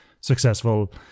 successful